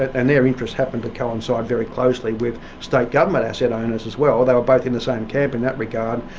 and their interests happened to coincide very closely with state government asset owners as well, they were both in the same camp in that regard,